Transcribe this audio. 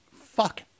fuck